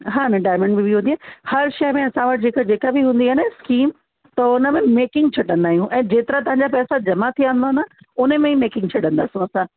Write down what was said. हा डायमंड में बि हूंदी आहे हर शइ में असां वटि जेका जेका बि हूंदी आहे न स्कीम त हुनमें मेकिंग न छॾंदा आहियूं ऐं जेतिरा तव्हां जा पैसा जमा थिया हूंदा न उनमें ई मेकिंग छॾंदासीं असां